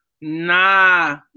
Nah